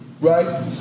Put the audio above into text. right